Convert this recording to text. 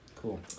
Cool